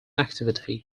activity